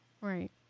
Right